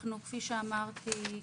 כפי שאמרתי,